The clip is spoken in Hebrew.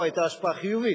או שהיתה השפעה חיובית.